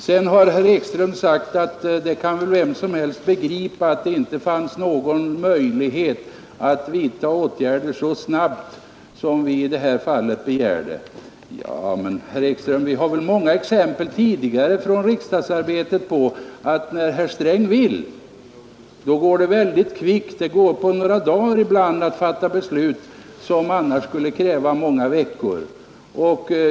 Vidare har herr Ekström sagt att vem som helst väl kan begripa att det inte fanns någon möjlighet att vidta åtgärder så snabbt som vi i detta fall begärde. Ja men, herr Ekström, det finns väl många tidigare exempel från riksdagsarbetet på att när herr Sträng vill då går det mycket kvickt. Det tar ibland några dagar att fatta beslut som annars skulle kräva många veckor.